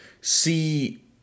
see